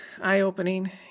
Eye-opening